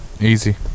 easy